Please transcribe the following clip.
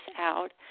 out